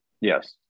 yes